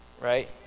Right